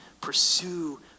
pursue